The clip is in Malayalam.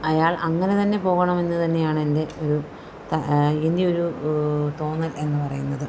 അയാൾ അങ്ങനെതന്നെ പോകണമെന്ന് തന്നെയാണ് എൻ്റെ ഒരു ഇനിയൊരു തോന്നൽ എന്നു പറയുന്നത്